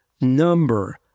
number